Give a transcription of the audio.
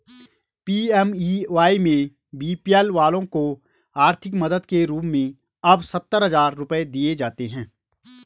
PMAY में BPL वालों को आर्थिक मदद के रूप में अब सत्तर हजार रुपये दिए जाते हैं